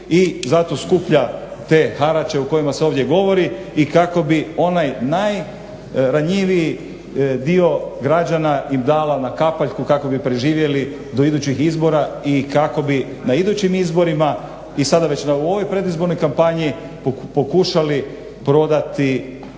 i zato skuplja te harače o kojima se ovdje govori i kako bi onaj najranjiviji dio građana im dala na kapaljku kako bi preživjeli do idućih izbora i kako bi na idućim izborima i sada već u ovoj predizbornoj kampanji pokušali prodati